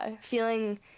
feeling